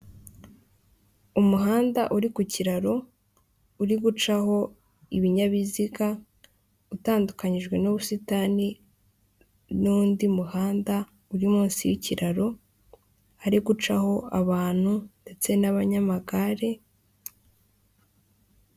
Umuhanda uri ku kiraro uri gucaho ibinyabiziga utandukanijwe n'ubusitani nundi muhanda uri munsi y'ikiraro hari gucaho abantu ndetse n'abanyamagare.